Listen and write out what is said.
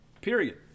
Period